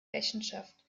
rechenschaft